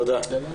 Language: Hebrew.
תודה.